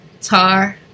Tar